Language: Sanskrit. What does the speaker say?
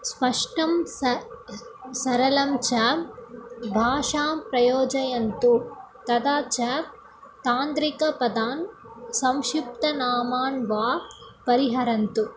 स्पष्टं स सरलं च भाषां प्रयोजयन्तु तथा च तान्त्रिकपदान् संक्षिप्तनामान् वा परिहरन्तु